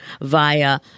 via